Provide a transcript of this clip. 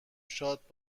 شاد